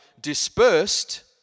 dispersed